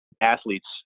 Athletes